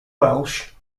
welsh